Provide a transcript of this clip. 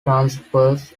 transfers